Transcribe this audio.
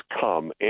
come